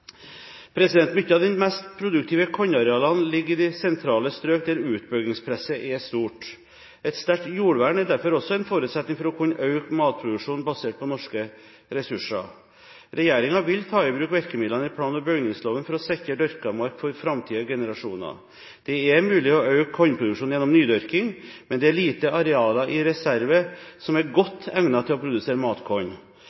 av de mest produktive kornarealene ligger i de sentrale strøk der utbyggingspresset er stort. Et sterkt jordvern er derfor også en forutsetning for å kunne øke matproduksjonen basert på norske ressurser. Regjeringen vil ta i bruk virkemidlene i plan- og bygningsloven for å sikre dyrka mark for framtidige generasjoner. Det er mulig å øke kornproduksjonen gjennom nydyrking, men det er lite arealer i reserve som er